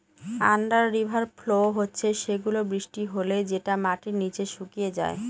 under river flow হচ্ছে সেগুলা বৃষ্টি হলে যেটা মাটির নিচে শুকিয়ে যায়